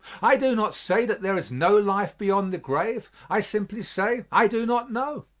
i do not say that there is no life beyond the grave, i simply say i do not know.